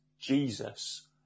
Jesus